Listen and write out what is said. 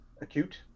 acute